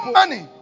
money